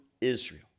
israel